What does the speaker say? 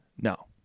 No